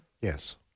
Yes